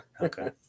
Okay